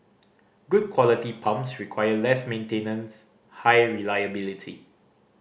good quality pumps require less maintenance high reliability